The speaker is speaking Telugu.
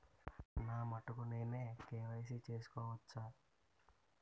నా మటుకు నేనే కే.వై.సీ చేసుకోవచ్చా?